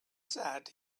sat